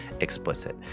explicit